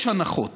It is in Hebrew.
יש הנחות